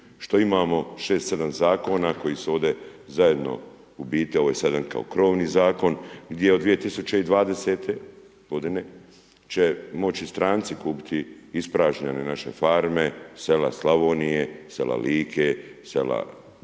što imamo 6, 7 zakona koji su ovdje zajedno, u biti ovo je sada kao krovni zakon gdje od 2020. g. će moći stranci kupiti ispražnjene naše farme, sela Slavonije, sela Like, sela